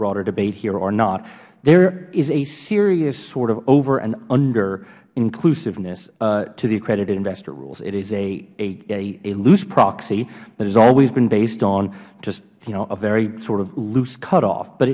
broader debate here or not there is a serious sort of over and underinclusiveness to the accredited investor rules it is a loose proxy that has always been based on just you know a very sort of loose cutoff but